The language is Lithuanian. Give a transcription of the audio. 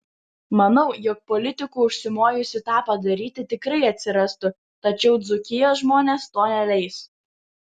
manau jog politikų užsimojusių tą padaryti tikrai atsirastų tačiau dzūkijos žmonės to neleis